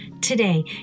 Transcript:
Today